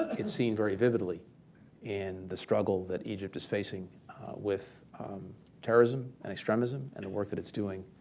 it's seen very vividly in the struggle that egypt is facing with terrorism and extremism and the work that it's doing